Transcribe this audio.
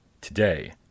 today